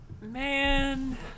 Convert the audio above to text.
Man